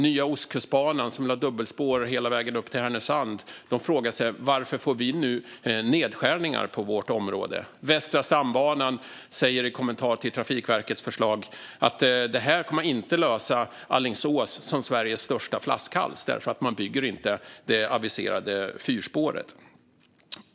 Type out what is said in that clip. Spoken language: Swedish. Nya Oskustbanan, som vill ha dubbelspår hela vägen upp till Härnösand, frågar sig: Varför får vi nu nedskärningar på vårt område? Västra stambanan säger i en kommentar till Trafikverkets förslag att det inte kommer att lösa Alingsås som Sveriges största flaskhals, eftersom man inte bygger det aviserade fyrspåret.